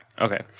Okay